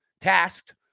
tasked